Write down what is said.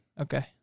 Okay